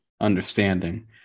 understanding